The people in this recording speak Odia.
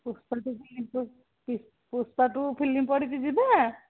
Pushpa two Pushpa two film ପଡ଼ିଛି ଯିବା